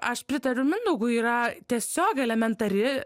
aš pritariu mindaugui yra tiesiog elementari